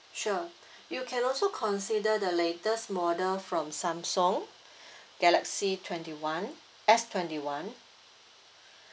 sure you can also consider the latest model from Samsung galaxy twenty one S twenty one